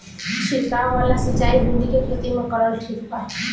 छीरकाव वाला सिचाई भिंडी के खेती मे करल ठीक बा?